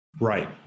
Right